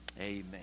amen